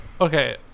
okay